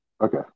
Okay